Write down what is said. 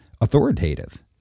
authoritative